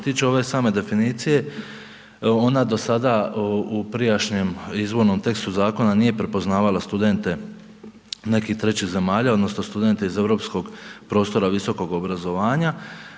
tiče ove same definicije, ona do sada u prijašnjem izvornom tekstu zakona nije prepoznavala studente nekih trećih zemalja odnosno studente iz europskog prostora visokog obrazovanja,